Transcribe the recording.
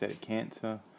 cancer